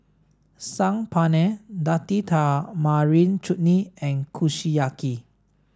Saag Paneer Date Tamarind Chutney and Kushiyaki